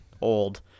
old